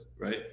Right